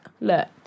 look